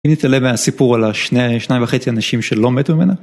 אם נתעלם מהסיפור על השניים וחצי אנשים שלא מתו ממנה?